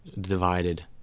divided